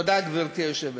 תודה, גברתי היושבת-ראש.